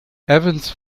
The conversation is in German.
evans